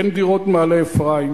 אין דירות במעלה-אפרים,